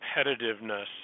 competitiveness